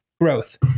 growth